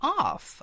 off